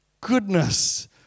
goodness